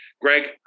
Greg